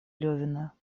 левина